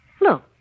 Look